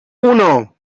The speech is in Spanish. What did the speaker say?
uno